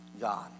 God